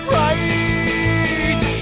right